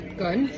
good